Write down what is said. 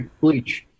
bleach